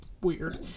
weird